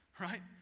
Right